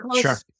Sure